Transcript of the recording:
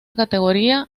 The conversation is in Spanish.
categoría